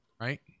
right